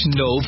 no